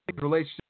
relationship